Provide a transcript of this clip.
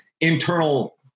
internal